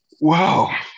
Wow